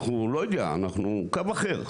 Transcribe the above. אנחנו קו אחר,